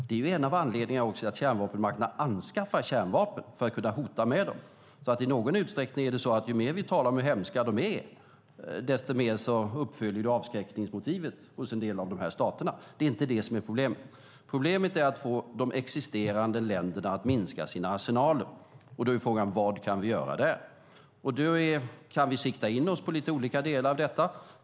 Det är en av anledningarna till att kärnvapenmakterna anskaffar kärnvapen - de gör det för att kunna hota med dem. I någon utsträckning är det så att ju mer vi talar om hur hemska de är, desto mer uppfyller det avskräckningsmotivet hos en del av de här staterna. Det är inte det som är problemet. Problemet handlar om att få de existerande länderna att minska sina arsenaler. Då är frågan: Vad kan vi göra där? Då kan vi sikta in oss på lite olika delar av detta.